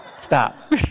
stop